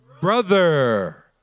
brother